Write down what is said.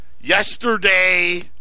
Yesterday